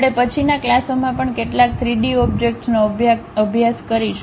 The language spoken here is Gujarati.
આપણે પછીના ક્લાસોમાં પણ કેટલાક 3 ડી ઓબ્જેક્ટ્સનો અભ્યાસ કરીશું